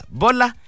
bola